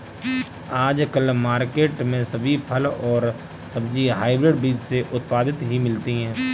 आजकल मार्केट में सभी फल और सब्जी हायब्रिड बीज से उत्पादित ही मिलती है